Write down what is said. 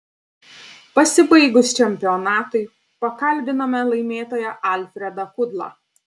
pasibaigus čempionatui pakalbinome laimėtoją alfredą kudlą